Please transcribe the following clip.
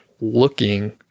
looking